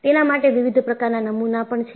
તેના માટે વિવિધ પ્રકારના નમુના પણ છે